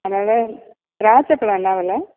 அதனால் திராட்சை பழம் என்ன விலை